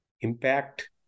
impact